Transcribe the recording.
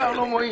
בעיקר לא מועיל.